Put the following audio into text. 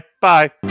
bye